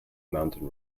mountain